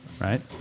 Right